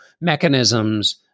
mechanisms